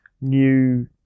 new